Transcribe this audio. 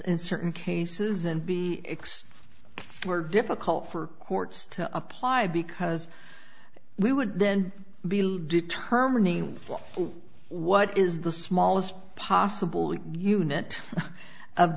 in certain cases and be x more difficult for courts to apply because we would then be determining what is the smallest possible unit of